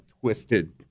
twisted